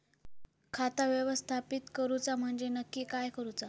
खाता व्यवस्थापित करूचा म्हणजे नक्की काय करूचा?